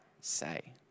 say